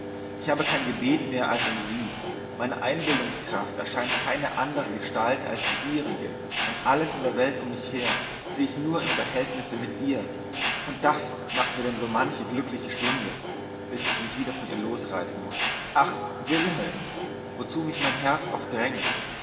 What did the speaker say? ich habe kein gebet mehr als an sie meiner einbildungskraft erscheint keine andere gestalt als die ihrige und alles in der welt um mich her sehe ich nur im verhältnisse mit ihr und das macht mir denn so manche glückliche stunde bis ich mich wieder von ihr losreißen muß ach wilhelm wozu mich mein herz oft drängt